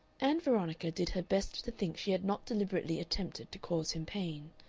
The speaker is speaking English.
ann veronica did her best to think she had not deliberately attempted to cause him pain.